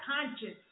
Conscious